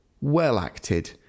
well-acted